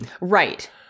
Right